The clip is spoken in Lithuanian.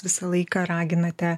visą laiką raginate